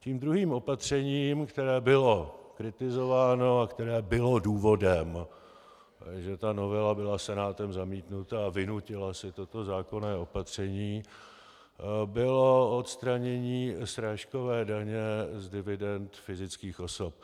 Tím druhým opatřením, které bylo kritizováno a které bylo důvodem, že ta novela byla Senátem zamítnuta a vynutila si toto zákonné opatření, bylo odstranění srážkové daně z dividend fyzických osob.